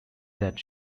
that